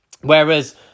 Whereas